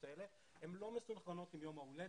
האלה הן לא מסונכרנות עם יום ההולדת,